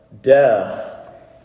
Death